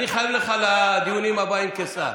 אני חייב לך לדיונים הבאים, כשר.